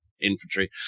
infantry